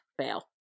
fail